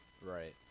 Right